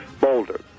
Boulder